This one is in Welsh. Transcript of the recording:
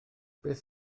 beth